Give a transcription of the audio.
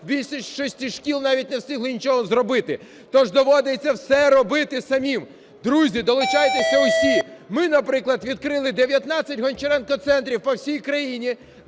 із цих шкіл навіть не встигли нічого зробити. То ж доводиться все робити самим. Друзі, долучайтеся усі. Ми, наприклад, відкрили 19 "Гончаренко центрів" по всій країні,